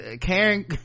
karen